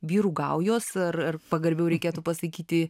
vyrų gaujos arar pagarbiau reikėtų pasakyti